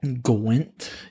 Gwent